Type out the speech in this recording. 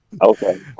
Okay